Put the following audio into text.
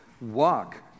walk